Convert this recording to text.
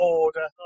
order